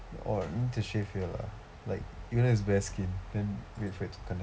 or need to shave here lah like you know who's baskin and then wait for it to connect